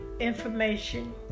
information